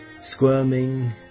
squirming